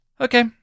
okay